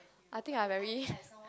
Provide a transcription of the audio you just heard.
I think I very